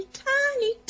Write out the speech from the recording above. tiny